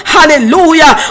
Hallelujah